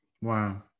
Wow